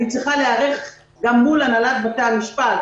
אני צריכה להיערך גם מול הנהלת בתי המשפט.